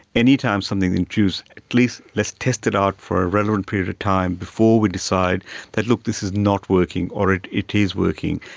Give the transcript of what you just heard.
any time something is introduced at least let's test it out for a relevant period of time before we decide that, look, this is not working or it it is working,